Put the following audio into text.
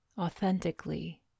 authentically